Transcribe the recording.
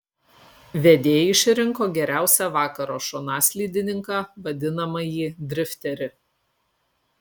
vedėjai išrinko geriausią vakaro šonaslydininką vadinamąjį drifterį